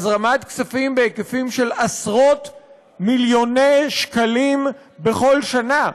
הזרמת כספים בהיקפים של עשרות-מיליוני שקלים בכל שנה,